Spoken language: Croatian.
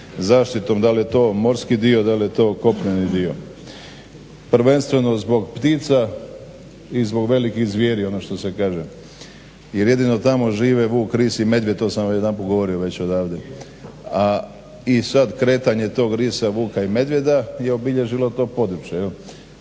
zaštitom, dal je to morski dio, dal je to kopneni dio. Prvenstveno zbog ptica i zbog velikih zvijeri ono što se kaže jer jedino tamo žive vuk ris i medvjed. To sam jedanput govorio već odavde. A i sad kretanje tog risa, vuka i medvjeda je obilježilo to područje.